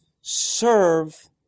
serve